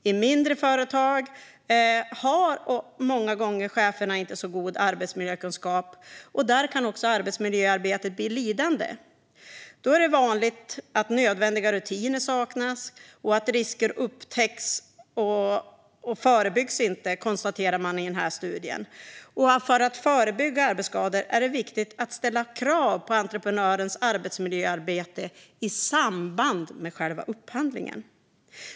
I mindre företag har cheferna många gånger inte så god arbetsmiljökunskap, och där kan arbetsmiljöarbetet bli lidande. Då är det vanligt att nödvändiga rutiner saknas. Risker upptäcks och förebyggs inte, konstaterar man i studien. För att förebygga arbetsskador är det viktigt att ställa krav på entreprenörens arbetsmiljöarbete i samband med själva upphandlingen.